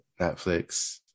Netflix